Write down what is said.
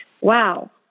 wow